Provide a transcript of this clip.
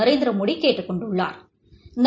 நரேந்திரமோடி கேட்டுக் கொண்டுள்ளாா்